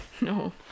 No